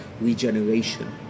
regeneration